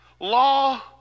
Law